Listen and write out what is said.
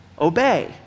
obey